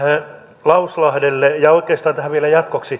edustaja lauslahdelle ja oikeastaan tähän vielä jatkoksi